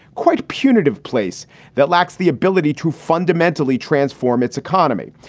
quite punitive place that lacks the ability to fundamentally transform its economy.